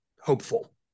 hopeful